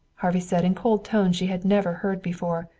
harvey said in cold tones she had never heard before.